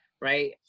right